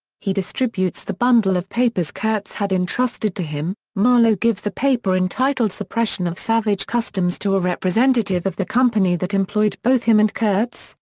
he distributes the bundle of papers kurtz had entrusted to him marlow gives the paper entitled suppression of savage customs to a representative of the company that employed both him and kurtz,